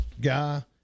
guy